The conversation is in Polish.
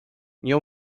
nie